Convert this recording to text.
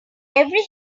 every